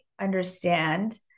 understand